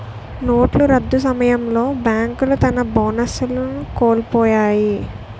నోట్ల రద్దు సమయంలో బేంకులు తన బోనస్లను కోలుపొయ్యాయి